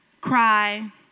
cry